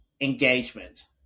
engagement